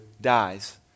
dies